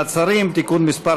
מעצרים) (תיקון מס'